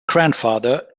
grandfather